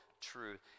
truth